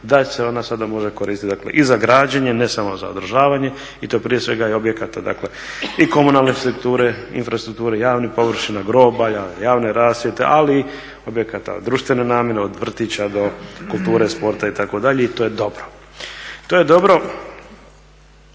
da se ona sada može koristiti dakle i za građenje ne samo za održavanje i to prije svega i objekata dakle i komunalne strukture, infrastrukture, javnih površina, groblja, javne rasvjete ali objekata od društvene namjene, od vrtića do kulture, sporta itd., i to je dobro. To je dobro